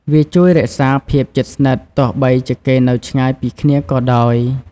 វាជួយរក្សាភាពជិតស្និទ្ធ ទោះបីជាគេនៅឆ្ងាយពីគ្នាក៏ដោយ។